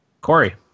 Corey